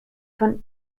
von